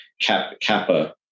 kappa